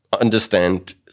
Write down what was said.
understand